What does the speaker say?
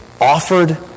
offered